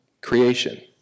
creation